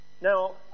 Now